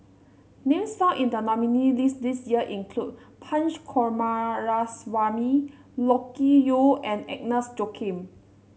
names found in the nominee list this year include Punch Coomaraswamy Loke Yew and Agnes Joaquim